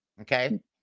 Okay